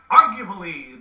arguably